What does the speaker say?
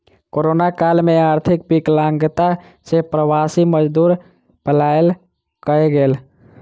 corona काल में आर्थिक विकलांगता सॅ प्रवासी मजदूर पलायन कय गेल